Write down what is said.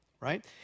right